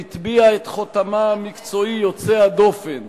והטביעה את חותמה המקצועי יוצא הדופן